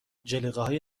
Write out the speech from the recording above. جلیقههای